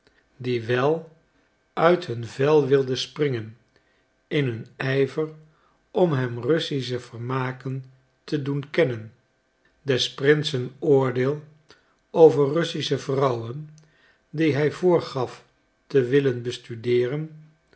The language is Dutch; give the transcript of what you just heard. die wel uit hun vel wilden springen in hun ijver om hem russische vermaken te doen kennen des prinsen oordeel over russische vrouwen die hij voorgaf te willen bestudeeren